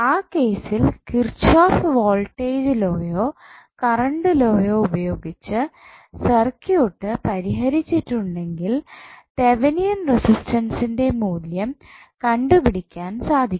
ആ കേസിൽ Kirchhoff voltage ലോയോ കറണ്ട് ലോയോ ഉപയോഗിച്ച് സർക്യൂട്ട് പരിഹരിച്ചിട്ടുണ്ടെങ്കിൽ തെവനിയൻ റെസിസ്റ്റൻസിൻ്റെ മൂല്യം കണ്ടുപിടിക്കാൻ സാധിക്കും